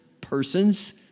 persons